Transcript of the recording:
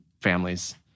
families